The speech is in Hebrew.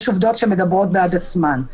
יש עובדות שמדברות בעד עצמן.